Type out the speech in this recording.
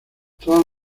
todas